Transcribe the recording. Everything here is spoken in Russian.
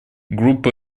группа